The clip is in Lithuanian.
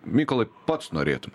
mykolai pats norėtum